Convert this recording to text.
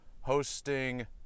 hosting